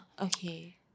Okay